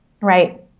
Right